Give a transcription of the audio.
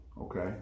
Okay